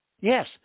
Yes